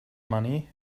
money